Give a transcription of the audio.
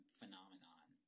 phenomenon